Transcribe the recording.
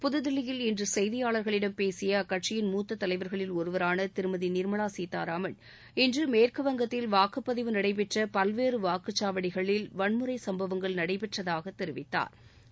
புதுதில்லியில் இன்று செய்தியாளர்களிடம் பேசிய அக்கட்சியின் மூத்த தலைவர்களில் ஒருவரான திருமதி நிாமலா சீத்தாரமன் இன்று மேற்குவங்கத்தில் வாக்குப்பதிவு நடைபெற்ற பல்வேறு வாக்குச்சாவடிகளில் வன்முறை சம்பவங்கள் நடைபெற்றதாக தெரிவித்தாா்